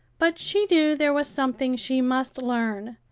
but she knew there was something she must learn.